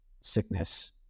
sickness